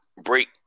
break